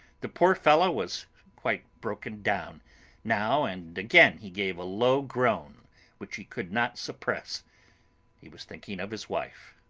the poor fellow was quite broken down now and again he gave a low groan which he could not suppress he was thinking of his wife.